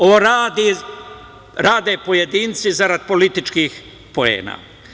Ovo rade pojedinci zarad političkih poena.